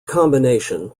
combination